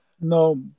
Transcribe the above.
No